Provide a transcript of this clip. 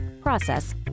process